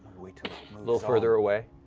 little further away.